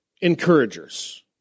encouragers